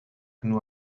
nur